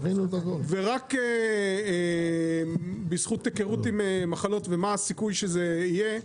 ורק בזכות היכרות עם מחלות ומה הסיכוי שזה יהיה,